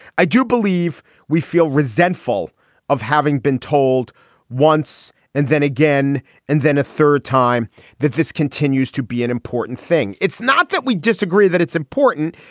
i do believe we feel resentful of having been told once and then again and then a third time that this continues to be an important thing. it's not that we disagree that it's important.